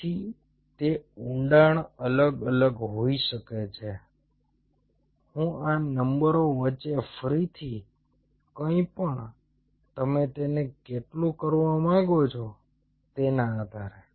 તેથી તે ઊંડાણ અલગ અલગ હોઈ શકે છે હું આ નંબરો વચ્ચે ફરીથી કંઈપણ તમે તેને કેટલું કરવા માંગો છો તેના આધારે